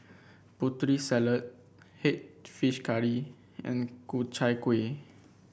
Putri Salad head fish curry and Ku Chai Kuih